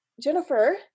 Jennifer